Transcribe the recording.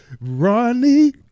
Ronnie